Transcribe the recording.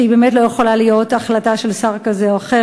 שהיא באמת לא יכולה להיות החלטה של שר כזה או אחר.